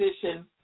position